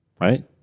right